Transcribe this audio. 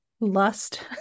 lust